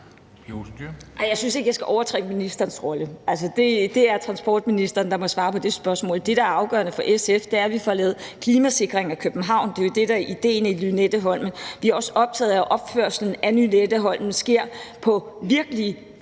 Jeg synes ikke, jeg skal overtage ministerens rolle. Det er transportministeren, der må svare på det spørgsmål. Det, der er afgørende for SF, er, at vi får lavet klimasikring af København. Det er jo det, der er idéen i Lynetteholmen. Vi er også optaget af, at opførelsen af Lynetteholmen sker på virkelig